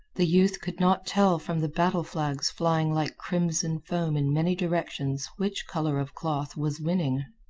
the youth could not tell from the battle flags flying like crimson foam in many directions which color of cloth was winning.